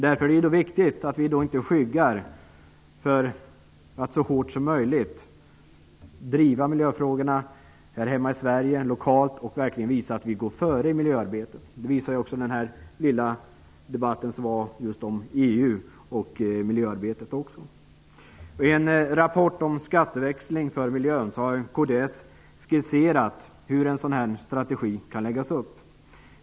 Därför är det viktigt att vi inte skyggar för att så fort som möjligt driva miljöfrågorna lokalt här hemma i Sverige och visa att vi verkligen går före i miljöarbetet. Det visar också den lilla debatt som handlade om EU och miljöarbetet. Vad gäller en rapport om skatteväxling för miljön har kds skisserat hur en strategi kan läggas upp.